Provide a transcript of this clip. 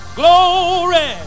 glory